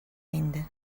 инде